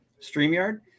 StreamYard